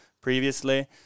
previously